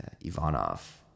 Ivanov